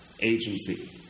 agency